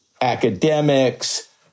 academics